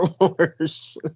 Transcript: Wars